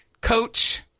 Coach